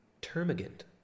termagant